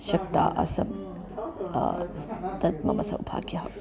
शक्ता आसं तद् मम सौभाग्यः